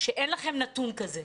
שאין לכם נתון כזה,